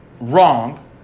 wrong